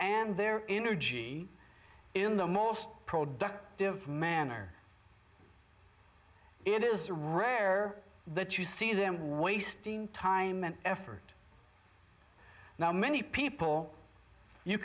and their energy in the most productive manner it is rare that you see them wasting time and effort now many people you